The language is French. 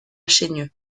chaigneux